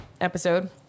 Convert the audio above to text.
episode